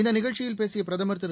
இந்த நிகழ்ச்சியில் பேசிய பிரதமர் திரு